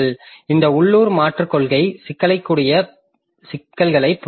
இந்த உள்ளூர் மாற்றுக் கொள்கை சிக்கல்களைப் பெற்றுள்ளது